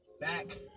Back